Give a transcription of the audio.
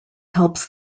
helps